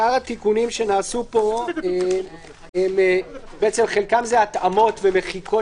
שאר התיקונים שנעשו פה חלקם זה התאמות ומחיקות